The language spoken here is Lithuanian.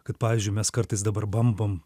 kad pavyzdžiui mes kartais dabar bambam